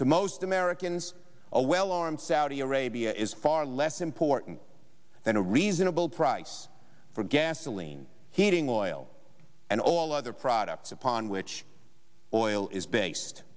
to most americans a well armed saudi arabia is far less important than a reasonable price for gasoline heating oil and all other products upon which oil is based